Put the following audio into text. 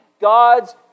God's